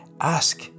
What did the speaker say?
Ask